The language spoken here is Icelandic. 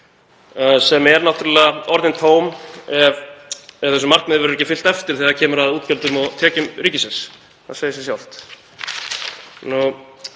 sem er náttúrlega orðin tóm ef því markmiði verður ekki fylgt eftir þegar kemur að útgjöldum og tekjum ríkisins. Það segir sig sjálft.